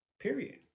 period